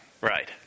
Right